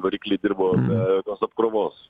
variklai dirbo be jokios apkrovos